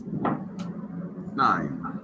nine